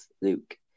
Luke